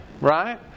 right